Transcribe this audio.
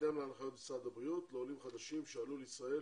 בהתאם להנחיות משרד הבריאות לעולים חדשים שעלו לישראל